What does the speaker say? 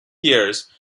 years